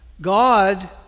God